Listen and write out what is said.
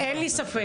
אין לי ספק.